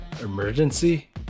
emergency